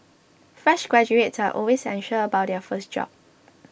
fresh graduates are always anxious about their first job